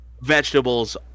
vegetables